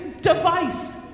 device